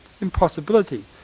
impossibility